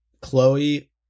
Chloe